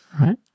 right